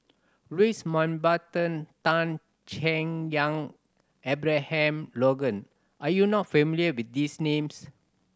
Louis Mountbatten Tan Chay Yan Abraham Logan are you not familiar with these names